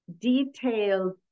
detailed